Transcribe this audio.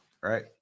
right